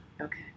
okay